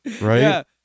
Right